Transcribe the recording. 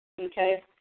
Okay